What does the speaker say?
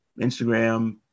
Instagram